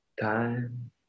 time